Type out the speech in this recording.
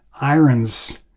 Irons